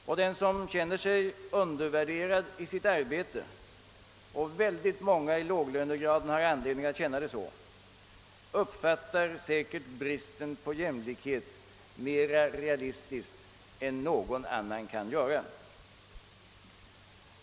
För den som känner sig undervärderad i sitt arbete — och väldigt många i låglönegraderna har anledning att göra det — är säkert bristen på jämlikhet mera realistisk än för någon annan.